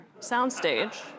soundstage